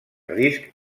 risc